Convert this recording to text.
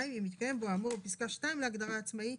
2. אם התקיים בו האמור לפסקה (2) להגדרה עצמאי,